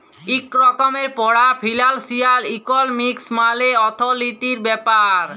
ইক রকমের পড়া ফিলালসিয়াল ইকলমিক্স মালে অথ্থলিতির ব্যাপার